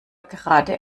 gerade